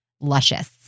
luscious